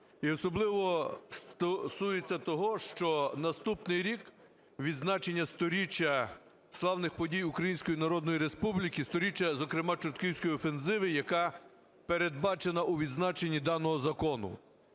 І особливо стосується того, що наступний рік – відзначення 100-річчя славних подій Української Народної Республіки, 100-річчя, зокрема Чортківської офензиви, яка передбачена у відзначенні даного закону.